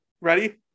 Ready